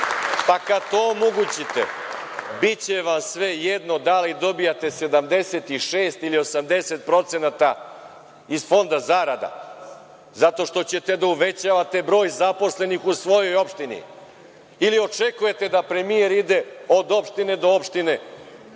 pa kad to omogućite, biće vam svejedno da li dobijate 76 ili 80% iz fonda zarada, zato što ćete da uvećavate broj zaposlenih u svojoj opštini. Ili očekujete da premijer ide od opštine do opštine